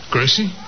Gracie